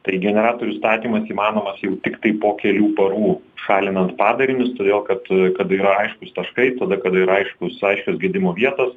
tai generatorių statymas įmanomas jau tiktai po kelių parų šalinant padarinius todėl kad kad yra aiškūs taškai tada kada yra aiškūs aiškios gedimo vietos